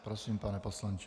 Prosím, pane poslanče.